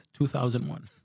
2001